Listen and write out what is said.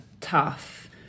tough